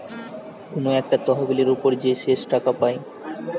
কুনু একটা তহবিলের উপর যে শেষ টাকা পায়